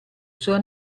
sua